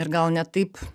ir gal ne taip